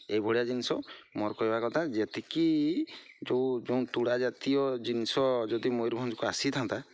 ଏହିଭଳିଆ ଜିନିଷ ମୋର କହିବା କଥା ଯେତିକି ଯେଉଁ ତୁଳାଜାତୀୟ ଜିନିଷ ଯଦି ମୟୂରଭଞ୍ଜକୁ ଆସିଥାନ୍ତା